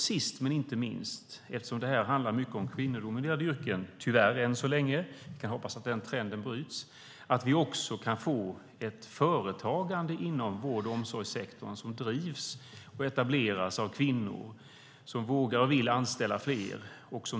Sist men inte minst, eftersom det här, än så länge, är kvinnodominerade yrken - vi får hoppas att den trenden bryts - handlar det om att vi också behöver få ett företagande inom vård och omsorgssektorn som drivs och etableras av kvinnor som vågar och vill anställa fler.